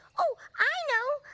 ah i know.